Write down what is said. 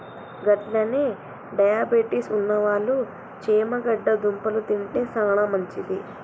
గట్లనే డయాబెటిస్ ఉన్నవాళ్ళు చేమగడ్డ దుంపలు తింటే సానా మంచిది